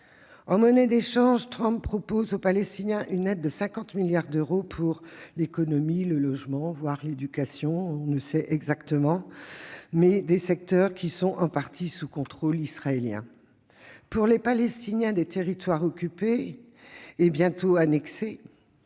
En monnaie d'échange, M. Trump propose aux Palestiniens une aide de 50 milliards de dollars pour l'économie et le logement, voire l'éducation- on ne sait exactement -, secteurs en partie sous contrôle israélien. Quel sera l'avenir des Palestiniens des territoires occupés et bientôt annexés